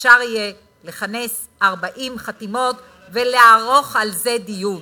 ואפשר יהיה לכנס 40 חתימות ולערוך על זה דיון.